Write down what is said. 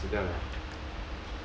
啊我死掉了